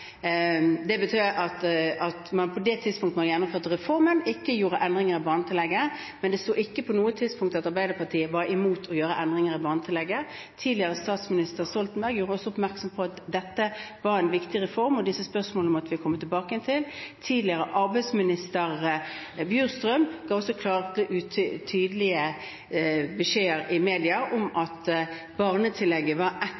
på det tidspunktet man gjennomførte reformen, ikke foretok endringer i barnetillegget, men det sto ikke på noe tidspunkt at Arbeiderpartiet var imot å foreta endringer i barnetillegget. Tidligere statsminister Stoltenberg gjorde også oppmerksom på at dette var en viktig reform, og at disse spørsmålene måtte vi komme tilbake til. Tidligere arbeidsminister Bjurstrøm ga også klare, tydelige beskjeder i mediene om at barnetillegget var